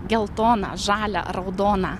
geltoną žalią raudoną